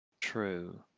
true